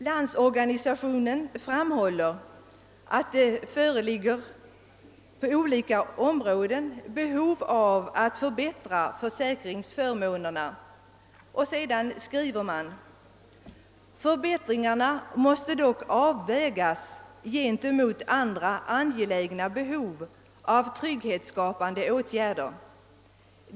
Landsorganisationen framhåller att behov föreligger på olika områden att förbättra försäkringsförmånerna och skriver: »Förbättringarna måste dock avvägas gentemot andra angelägna behov av trygghetsskapande åtgärder.